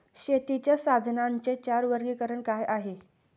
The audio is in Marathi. शेतीच्या साधनांचे चार वर्गीकरण काय आहे?